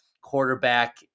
quarterback